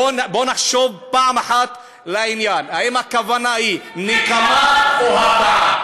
בואו נחשוב פעם אחת לעניין אם הכוונה היא נקמה או הרתעה.